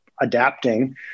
adapting